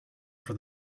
for